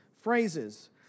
phrases